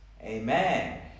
Amen